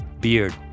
beard